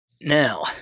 Now